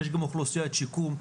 יש גם אוכלוסיית שיקום,